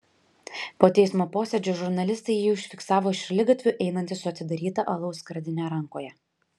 po teismo posėdžio žurnalistai jį užfiksavo šaligatviu einantį su atidaryta alaus skardine rankoje